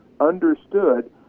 understood